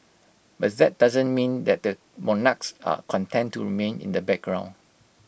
but that doesn't mean that the monarchs are content to remain in the background